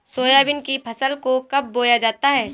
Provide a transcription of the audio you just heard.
Soybean की फसल को कब बोया जाता है?